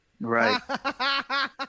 right